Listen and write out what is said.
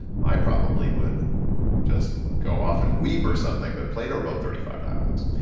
i probably would just go off and weep or something, but plato wrote thirty five dialogues.